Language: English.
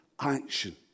action